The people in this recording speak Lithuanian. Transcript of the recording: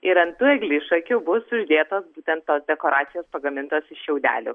ir ant tų eglišakių bus uždėtos būtent tos dekoracijos pagamintos iš šiaudelių